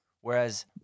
Whereas